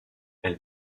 elle